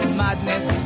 madness